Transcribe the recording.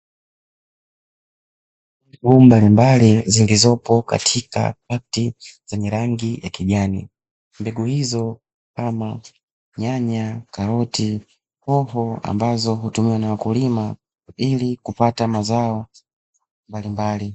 Mbegu mbalimbali zilizopo katika pakiti zenye rangi ya kijani. Mbegu hizo kama nyanya, karoti, hoho, ambazo hutumiwa na wakulima ili kupata mazao mbalimbali.